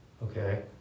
Okay